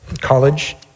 College